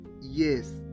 Yes